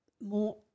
more